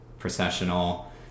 processional